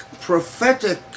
prophetic